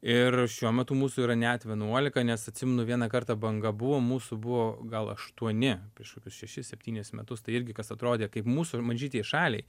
ir šiuo metu mūsų yra net vienuolika nes atsimenu vieną kartą banga buvo mūsų buvo gal aštuoni prieš kokius šešis septynis metus tai irgi kas atrodė kaip mūsų mažytei šaliai